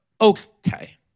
Okay